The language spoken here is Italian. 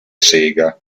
sega